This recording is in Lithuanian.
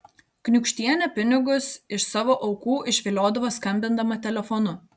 kniūkštienė pinigus iš savo aukų išviliodavo skambindama telefonu